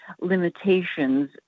limitations